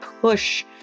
push